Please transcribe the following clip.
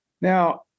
Now